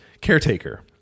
caretaker